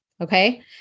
Okay